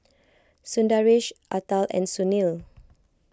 Sundaresh Atal and Sunil